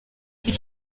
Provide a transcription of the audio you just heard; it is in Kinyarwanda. azi